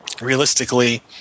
realistically